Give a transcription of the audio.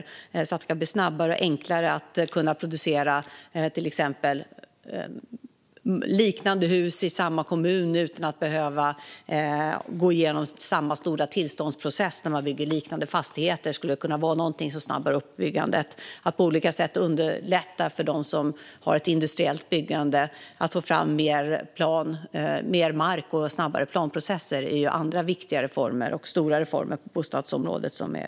Det handlar till exempel om att snabbare och enklare kunna producera liknande hus i en och samma kommun utan att behöva gå igenom samma stora tillståndsprocess varje gång man bygger liknande fastigheter. Det skulle kunna vara någonting som snabbar upp byggandet. Att på olika sätt underlätta för dem som har ett industriellt byggande att få fram mer mark och snabbare planprocesser är andra viktiga och stora reformer på bostadsområdet.